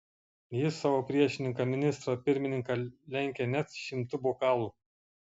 jis savo priešininką ministrą pirmininką lenkia net šimtu bokalų